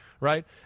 right